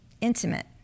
intimate